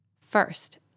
First